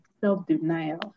self-denial